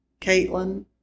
Caitlin